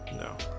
no